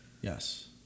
Yes